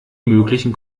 möglichen